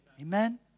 Amen